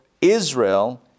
Israel